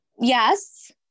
Yes